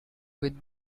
with